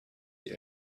die